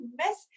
mess